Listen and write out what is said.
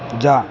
जा